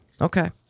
Okay